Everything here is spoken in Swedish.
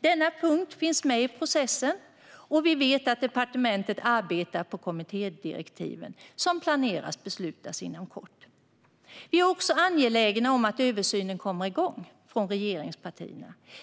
Denna punkt finns med i processen, och vi vet att departementet arbetar med kommittédirektiven, som planeras beslutas inom kort. Vi från regeringspartierna är angelägna om att översynen kommer igång.